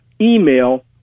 email